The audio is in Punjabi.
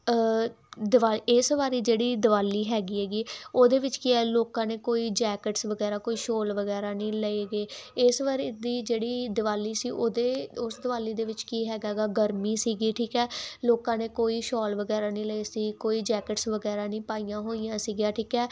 ਦਿਵਾ ਇਸ ਵਾਰ ਜਿਹੜੀ ਦਿਵਾਲੀ ਹੈਗੀ ਹੈਗੀ ਉਹਦੇ ਵਿੱਚ ਕੀ ਹੈ ਲੋਕਾਂ ਨੇ ਕੋਈ ਜੈਕਟਸ ਵਗੈਰਾ ਕੋਈ ਸ਼ੋਲ ਵਗੈਰਾ ਨਹੀਂ ਲਏ ਗੇ ਇਸ ਵਾਰ ਦੀ ਜਿਹੜੀ ਦਿਵਾਲੀ ਸੀ ਉਹਦੇ ਉਸ ਦਿਵਾਲੀ ਦੇ ਵਿੱਚ ਕੀ ਹੈਗਾ ਗਾ ਗਰਮੀ ਸੀਗੀ ਠੀਕ ਹੈ ਲੋਕਾਂ ਨੇ ਕੋਈ ਸ਼ੋਲ ਵਗੈਰਾ ਨਹੀਂ ਲਏ ਸੀ ਕੋਈ ਜੈਕਟਸ ਵਗੈਰਾ ਨਹੀਂ ਪਾਈਆਂ ਹੋਈਆਂ ਸੀਗੀਆਂ ਠੀਕ ਹੈ